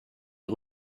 est